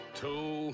two